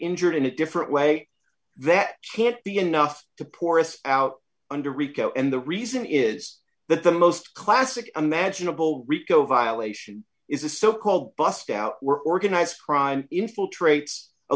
injured in a different way that can't be enough to poorest out under rico and the reason is that the most classic imaginable rico violation is a so called bust out were organized crime infiltrates a